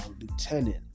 lieutenant